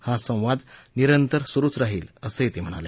हा संवाद निरंतर सुरुच राहील असंही ते म्हणाले